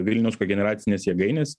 vilniaus kogeneracinės jėgainės